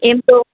એમ તો